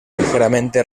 ligeramente